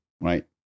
right